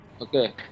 Okay